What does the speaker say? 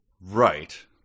Right